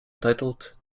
titled